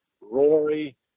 Rory